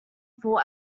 four